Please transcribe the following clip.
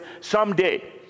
someday